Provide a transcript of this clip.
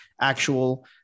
actual